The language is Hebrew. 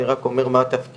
אני רק אומר מה תפקידה.